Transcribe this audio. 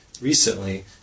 recently